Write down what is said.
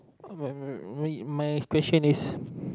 my my my question is